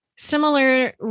Similar